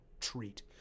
treat